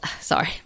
sorry